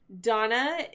Donna